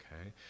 okay